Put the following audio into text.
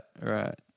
right